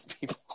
people